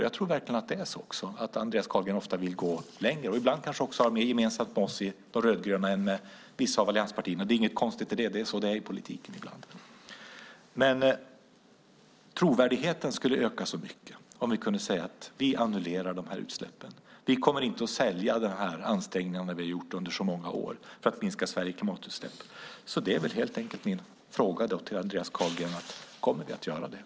Jag tror också att han ofta vill gå längre och ibland kanske har mer gemensamt med oss i De rödgröna än med vissa av allianspartierna. Det är inget konstigt i det. Det är så det är i politiken. Trovärdigheten skulle öka mycket om vi skulle säga att vi annullerar dessa utsläppsrätter och att vi inte kommer att sälja de ansträngningar att minska Sveriges klimatutsläpp som vi har gjort under så många år. Min fråga till Andreas Carlgren är: Kommer vi att göra detta?